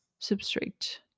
substrate